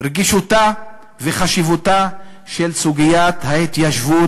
רגישותה וחשיבותה של סוגיית ההתיישבות